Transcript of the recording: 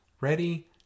Ready